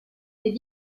des